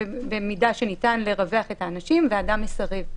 במידה שניתן לרווח את האנשים, והאדם מסרב.